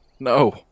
No